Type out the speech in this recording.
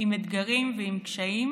עם אתגרים ועם קשיים,